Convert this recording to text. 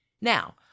Now